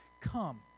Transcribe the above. come